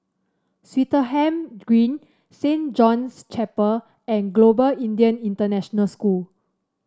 Swettenham Green Saint John's Chapel and Global Indian International School